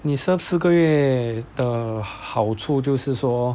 你 serve 四个月的好处就是说